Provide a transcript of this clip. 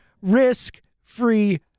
risk-free